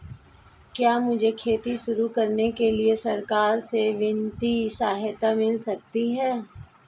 क्या मुझे खेती शुरू करने के लिए सरकार से वित्तीय सहायता मिल सकती है?